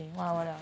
!wow!